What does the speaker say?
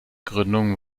gründung